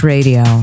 Radio